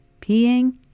peeing